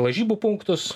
lažybų punktus